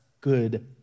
good